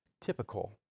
typical